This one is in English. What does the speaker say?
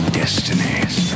destinies